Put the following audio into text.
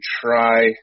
try